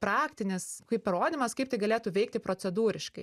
praktinis kaip įrodymas kaip tai galėtų veikti procedūriškai